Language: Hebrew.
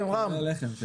כן, רם.